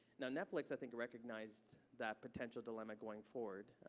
now netflix, i think recognized that potential dilemma going forward,